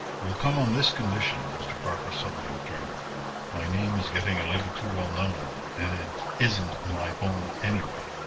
we'll come on this condition, mr. parker suddenly determined my name is getting a little too well known, and it isn't my own, anyway.